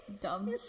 dumb